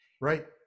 Right